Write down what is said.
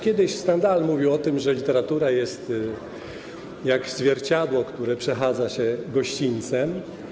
Kiedyś Stendhal mówił o tym, że literatura jest jak zwierciadło, które przechadza się gościńcem.